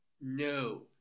No